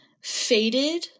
faded